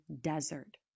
desert